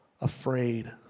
afraid